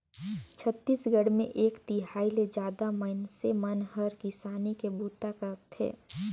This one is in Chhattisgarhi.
छत्तीसगढ़ मे एक तिहाई ले जादा मइनसे मन हर किसानी के बूता करथे